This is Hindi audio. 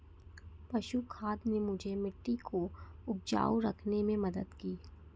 पशु खाद ने मुझे मिट्टी को उपजाऊ रखने में मदद की